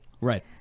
Right